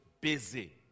busy